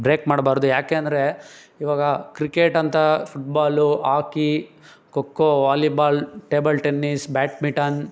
break ಮಾಡಬಾರ್ದು ಯಾಕೆ ಅಂದರೆ ಇವಾಗ ಕ್ರಿಕೆಟ್ ಅಂತ football hockey kho kho volleyball table tennis badminton